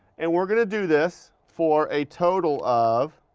and we're going to do this for a total of